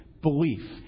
belief